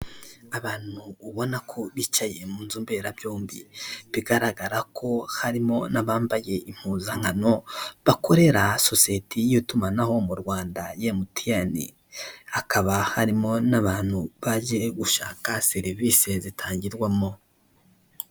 Abantu ubona ko bicaye mu nzu mberabyombi, bigaragara ko harimo n'abambaye impuzankano bakorera sosiyete y'itumanaho mu Rwanda MTN. Hakaba harimo n'abantu baje gushaka serivise zitangirwamo.